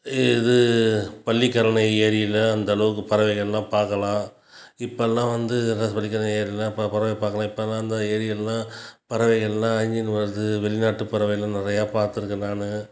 இது பள்ளிக்கரணை ஏரியில் அந்தளவுக்கு பறவைகள்லான் பார்க்கலான் இப்போலான் வந்து ஏரிகளெலான் பறவைகளெலான் அழிஞ்சுன்ட்டு வருது வெளிநாட்டு பறவைலான் நிறையா பார்த்துருக்கன் நானு